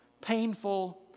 painful